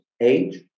age